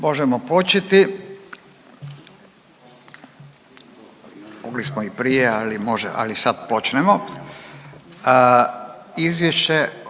Možemo početi, mogli smo i prije, ali može,